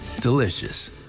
delicious